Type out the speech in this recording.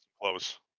clothes